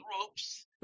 ropes